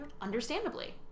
Understandably